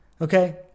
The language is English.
Okay